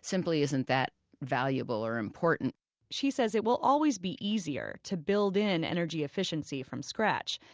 simply isn't that valuable or important she says it will always be easier to build in energy efficiency from scratch.